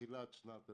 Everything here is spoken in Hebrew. בתחילת שנת הלימודים,